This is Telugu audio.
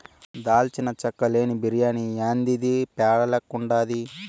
దాల్చిన చెక్క లేని బిర్యాని యాందిది పేడ లెక్కుండాది